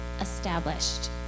established